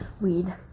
weed